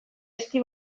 ezti